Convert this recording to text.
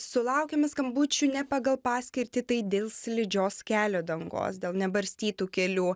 sulaukiame skambučių ne pagal paskirtį tai dėl slidžios kelio dangos dėl nebarstytų kelių